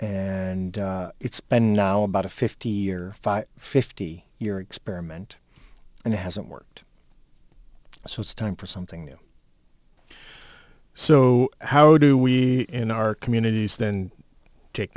and it's been now about a fifty year fifty year experiment and it hasn't worked so it's time for something new so how do we in our communities then take